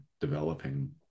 developing